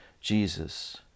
Jesus